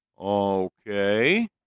Okay